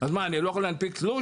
אז מה, אני לא יכול להנפיק תלוש?